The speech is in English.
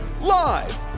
Live